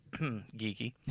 geeky